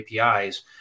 APIs